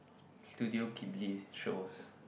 Studio-Kimbley shows